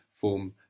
form